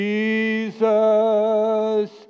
Jesus